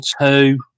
two